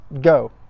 go